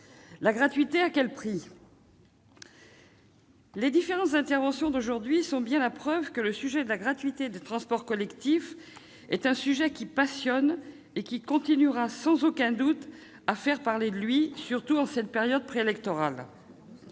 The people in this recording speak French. mais à quel prix ? Les interventions d'aujourd'hui sont la preuve que le sujet de la gratuité des transports collectifs passionne et continuera sans aucun doute à faire parler de lui, surtout en cette période préélectorale.